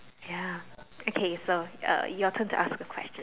ya okay so uh your turn to ask a question